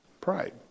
pride